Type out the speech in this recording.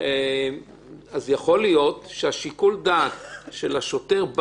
יכול להיות ששיקול הדעת של השוטר,